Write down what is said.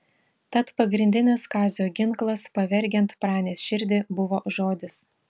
tad pagrindinis kazio ginklas pavergiant pranės širdį buvo žodis